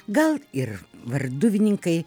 gal ir varduvininkai